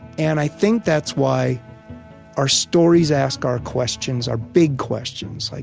and i think that's why our stories ask our questions, our big questions, like,